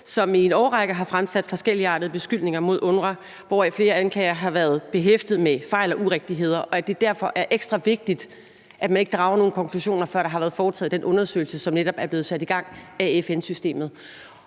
som i en årrække har fremsat forskelligartede beskyldninger mod UNRWA, hvoraf flere af disse har været behæftet med fejl og urigtigheder, og at det derfor er ekstra vigtigt, at man ikke drager nogen konklusioner, før der har været foretaget den undersøgelse, som netop er blevet sat i gang af FN-systemet.